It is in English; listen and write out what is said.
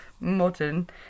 modern